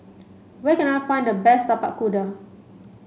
where can I find the best Tapak Kuda